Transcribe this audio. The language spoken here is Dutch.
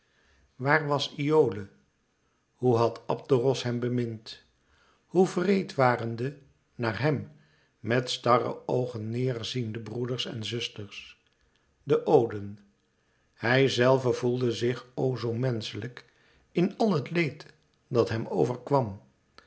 waar was iole hoe had abderos hem bemind hoe wreed waren de naar hem met starrenoogen neêr ziende broeders en zusters de goden hij zelve voelde zich o zoo menschelijk in àl het leed dat hem over